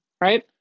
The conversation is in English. right